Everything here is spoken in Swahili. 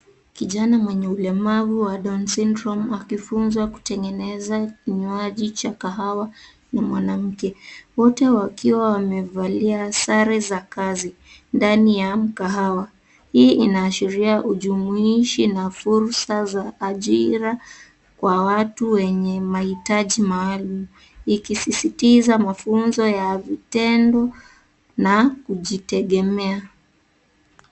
Kijana mwenye ulemavu wa down syndrome akifuzwa kutengeneza kinywaji cha kahawa na mwanamke. Wote wakiwa wamevalia sare za kazi ndani ya mkahawa. Hii inaashiria ujumuishi na fursa za ajira kwa watu wenye mahitaji maalum. Ikisisitiza mafunzo ya vitendo na kujitegemea.